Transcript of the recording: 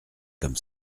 comme